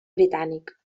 britànic